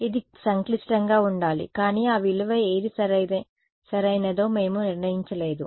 ఇది సంక్లిష్టంగా ఉండాలి కానీ ఆ విలువ ఏది సరైనదో మేము నిర్ణయించలేదు